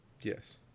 Yes